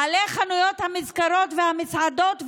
בעלי חנויות המזכרות והמסעדות,